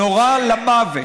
נורה למוות.